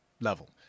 level